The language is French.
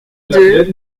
deux